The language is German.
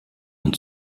und